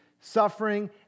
suffering